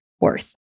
worth